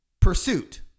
pursuit